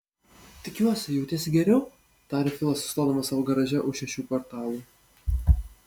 tikiuosi jautiesi geriau tarė filas sustodamas savo garaže už šešių kvartalų